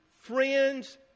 friends